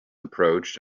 approached